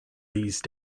these